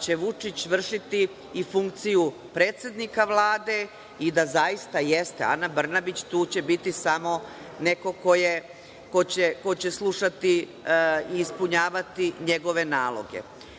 će Vučić vršiti i funkciju predsednika Vlade i da zaista jeste Ana Brnabić tu će biti samo neko ko će slušati i ispunjavati njegove naloge.Zašto